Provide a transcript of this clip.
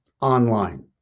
online